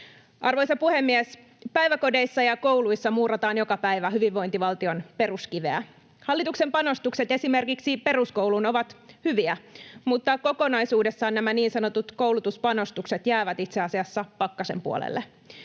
Arvoisa puhemies! Päiväkodeissa ja kouluissa muurataan joka päivä hyvinvointivaltion peruskiveä. Hallituksen panostukset esimerkiksi peruskouluun ovat hyviä, mutta kokonaisuudessaan nämä niin sanotut koulutuspanostukset jäävät itse asiassa pakkasen puolelle.